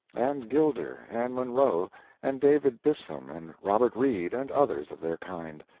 and gilder and munro and david bispham and robert reid, and others of their kind.